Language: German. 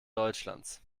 deutschlands